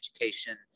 Education